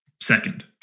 second